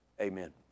Amen